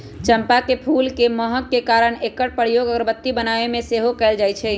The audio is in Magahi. चंपा के फूल के महक के कारणे एकर प्रयोग अगरबत्ती बनाबे में सेहो कएल जाइ छइ